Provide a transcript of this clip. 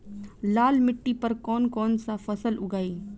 लाल मिट्टी पर कौन कौनसा फसल उगाई?